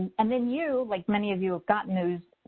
and then you, like, many of you have gotten those,